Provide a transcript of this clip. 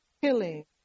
killing